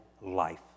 life